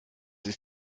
ist